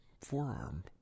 forearm